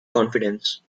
confidence